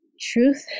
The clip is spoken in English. Truth